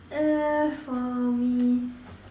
uh for me